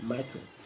Michael